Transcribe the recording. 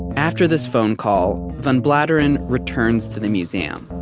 after this phone call, van bladeren returns to the museum.